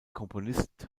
komponist